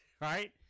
right